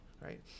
right